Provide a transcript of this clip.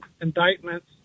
indictments